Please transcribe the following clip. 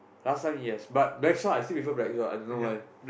last time yes but blackshot I see before blackshot i don't know why